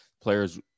players